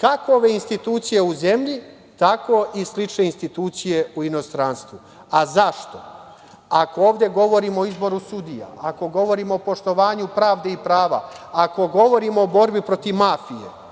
kako institucije u zemlji, tako i slične institucije u inostranstvu. Zašto? Ako ovde govorimo o izboru sudija, ako govorimo o poštovanju pravde i prava, ako govorimo o borbi protiv mafije,